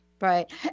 Right